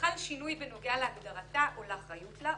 חל שינוי בנוגע להגדרתה או לאחריות לה,